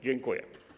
Dziękuję.